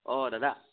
অঁ দাদা